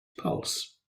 pulse